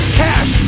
cash